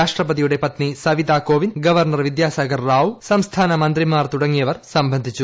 രാഷ്ട്രപതിയുടെ പീത്തി സവിതാ കോവിന്ദ് ഗവർണർ വിദ്യാസാഗർ റാവു സംസ്ഥാന മന്ത്രിമാർ തുടങ്ങിയവർ സംബന്ധിച്ചു